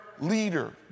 leader